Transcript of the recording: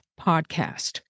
podcast